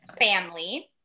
family